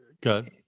good